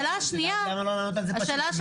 למה לא לענות על זה פשוט?